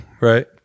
Right